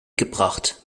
gebracht